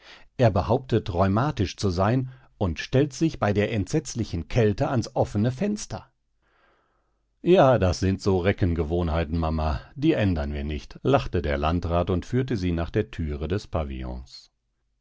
er behauptet rheumatisch zu sein und stellt sich bei der entsetzlichen kälte ans offene fenster ja das sind so reckengewohnheiten mama die ändern wir nicht lachte der landrat und führte sie nach der thüre des pavillons